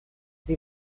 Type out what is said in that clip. sie